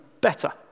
better